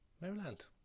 Maryland